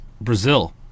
Brazil